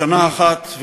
בשנה אחת,